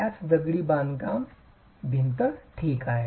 त्याच दगडी बांधकाम भिंत ठीक आहे